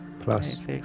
Plus